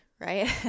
right